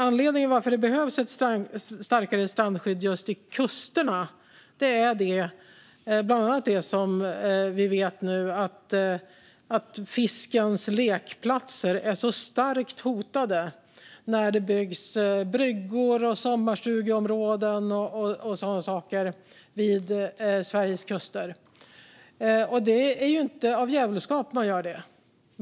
Anledningen till att det behövs ett starkare strandskydd längs just Sveriges kuster är bland annat att vi nu vet att fiskens lekplatser är starkt hotade när det byggs bryggor, sommarstugeområden och sådana saker. Det är inte av djävulskap man gör det.